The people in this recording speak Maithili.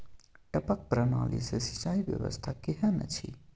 टपक प्रणाली से सिंचाई व्यवस्था केहन अछि?